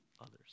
others